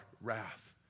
wrath